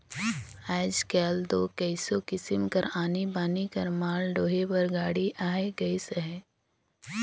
आएज काएल दो कइयो किसिम कर आनी बानी कर माल डोहे बर गाड़ी आए गइस अहे